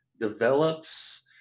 develops